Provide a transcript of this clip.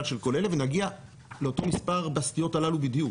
של כל אלה ונגיע לאותו מספר בסטיות הללו בדיוק,